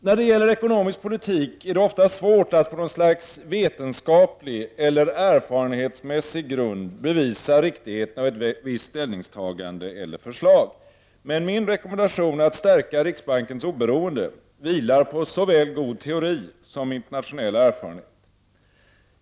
När det gäller ekonomisk politik är det ofta svårt att på något slags vetenskaplig eller erfarenhetsmässig grund bevisa riktigheten av ett visst ställningstagande eller förslag. Men min rekommendation att stärka riksbankens oberoende grundas på såväl god teori som internationell erfarenhet.